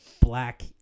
black